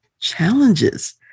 challenges